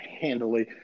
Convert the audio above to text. handily